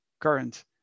current